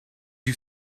you